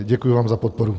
Děkuji vám za podporu.